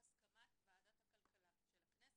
נכסים באספקה שאינה מיידית.